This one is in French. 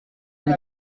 lui